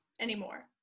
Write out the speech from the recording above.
anymore